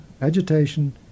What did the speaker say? agitation